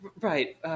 Right